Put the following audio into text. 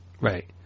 Right